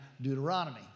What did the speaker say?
Deuteronomy